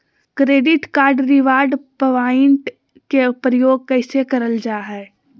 Credit card reward point के प्रयोग कैसे करल जा है?